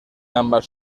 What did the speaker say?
ambas